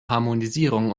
harmonisierung